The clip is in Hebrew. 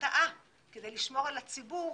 הרתעה כדי לשמור על הציבור